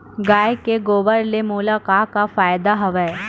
गाय के गोबर ले मोला का का फ़ायदा हवय?